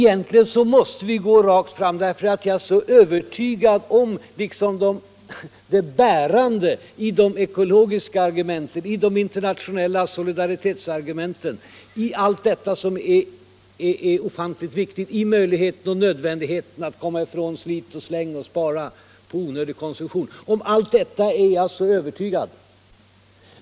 Vi måste gå rakt fram därför att jag är övertygad om det bärande i de ekologiska argumenten, i de internationella solidaritetsargumenten, i allt detta som är ofantligt viktigt, i möjligheten att komma ifrån slit-och-släng och nödvändigheten att spara på onödig konsumtion.